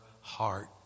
heart